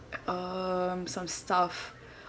um some stuff